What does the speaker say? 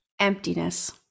Emptiness